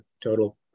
total